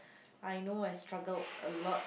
I know I struggled a lot